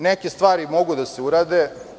Neke stvari mogu da se urade.